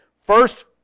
first